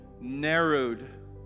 narrowed